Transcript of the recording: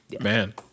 man